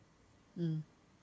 mm